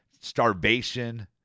starvation